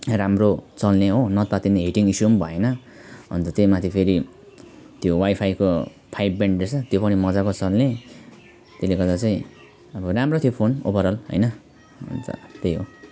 राम्रो चल्ने हो नतातिने हिटिङ इस्यु पनि भएन अनि त त्योमाथि फेरि त्यो वाइफाईको फाइभ ब्यान्ड रहेछ त्यो पनि मजाको चल्ने त्यसले गर्दा चाहिँ अब राम्रो थियो फोन ओभरल हैन हुन्छ त्यही हो